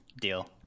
Deal